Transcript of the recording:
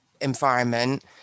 environment